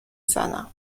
زنم